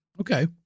Okay